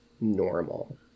normal